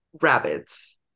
rabbits